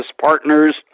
partners